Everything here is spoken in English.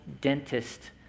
dentist